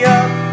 up